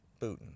Putin